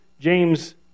James